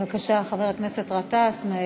בבקשה, חבר הכנסת גטאס.